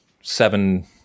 seven